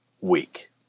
week